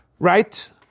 Right